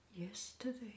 Yesterday